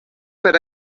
per